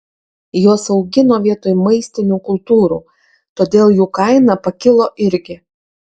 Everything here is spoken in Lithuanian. juos augino vietoj maistinių kultūrų todėl jų kaina pakilo irgi